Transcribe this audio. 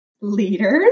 leaders